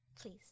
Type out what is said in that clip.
Please